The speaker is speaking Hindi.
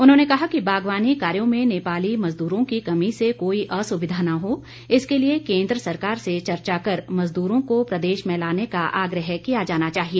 उन्होंने कहा कि बागवानी कार्यों में नेपाली मज़दूरों की कमी से कोई असुविधा न हो इसके लिए केन्द्र सरकार से चर्चा कर मजदूरों को प्रदेश में लाने का आग्रह किया जाना चाहिए